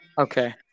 Okay